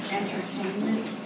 entertainment